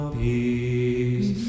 peace